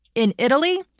in italy,